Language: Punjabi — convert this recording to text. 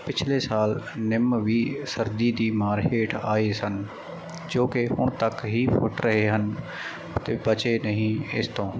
ਪਿਛਲੇ ਸਾਲ ਨਿੰਮ ਵੀ ਸਰਦੀ ਦੀ ਮਾਰ ਹੇਠ ਆਏ ਸਨ ਜੋ ਕਿ ਹੁਣ ਤੱਕ ਹੀ ਫੁੱਟ ਰਹੇ ਹਨ ਅਤੇ ਬਚੇ ਨਹੀਂ ਇਸ ਤੋਂ